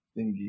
thingy